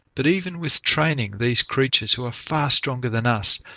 but even with training, these creatures, who are far stronger than us,